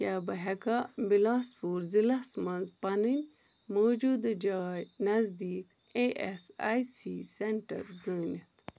کیٛاہ بہٕ ہیٚکہَ بِلاسپوٗر ضلعس مَنٛز پننۍ موٗجوٗدٕ جایہِ نزدیٖک A S I C centre زٲنِتھ